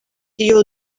you